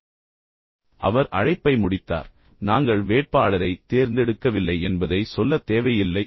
எனவே அவர் பின்னர் அழைப்பை முடித்தார் நாங்கள் வேட்பாளரைத் தேர்ந்தெடுக்கவில்லை என்பதை உங்களுக்குச் சொல்லத் தேவையில்லை